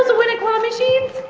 ah win at claw machines.